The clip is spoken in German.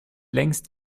längst